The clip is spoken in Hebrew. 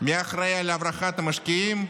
מי אחראי להברחת המשקיעים?